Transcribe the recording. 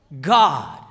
God